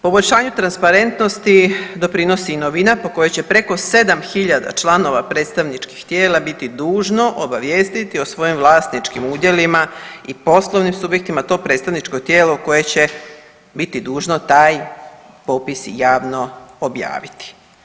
Poboljšanje transparentnosti doprinosi i novina po kojoj će preko 7000 članova predstavničkih tijela biti dužno obavijestiti o svojim vlasničkim udjelima i poslovnim subjektima to predstavničko tijelo koje će biti dužno taj popis i javno objaviti.